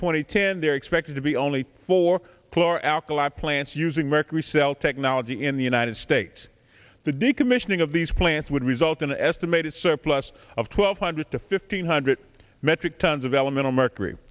twenty ten they're expected to be only four chloralkali plants using mercury cell technology in the united states the decommissioning of these plants would result in an estimated surplus of twelve hundred to fifteen hundred metric tons of elemental mercury